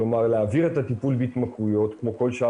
כלומר להעביר את הטיפול בהתמכרויות כמו כל שאר